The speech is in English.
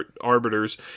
arbiters